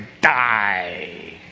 die